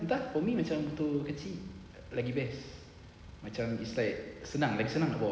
entah for me macam motor kecil lagi best macam it's like senang lagi senang nak bawa